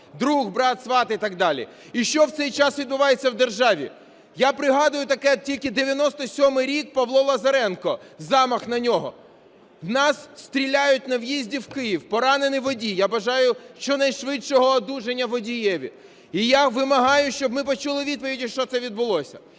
друг, брат, сват і так далі. І що в цей час відбувається в державі? Я пригадую таке тільки – 97-й рік, Павло Лазаренко, замах на нього. В нас стріляють на в'їзді в Київ, поранений водій. Я бажаю щонайшвидшого одужання водієві. І я вимагаю, щоби ми почули відповіді, що це відбулося.